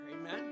amen